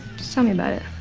just tell me about it.